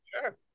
Sure